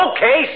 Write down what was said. Okay